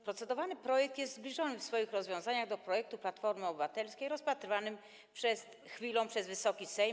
Procedowany projekt jest zbliżony w swoich rozwiązaniach do projektu Platformy Obywatelskiej rozpatrywanego przed chwilą przez Wysoki Sejm.